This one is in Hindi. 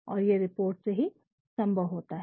और ये रिपोर्ट से ही संभव होता है